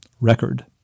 Record